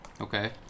okay